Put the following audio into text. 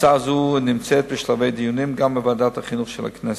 הצעה זו נמצאת בשלבי דיונים גם בוועדת החינוך של הכנסת.